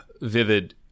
vivid